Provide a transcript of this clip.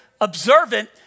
observant